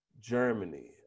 Germany